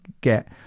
get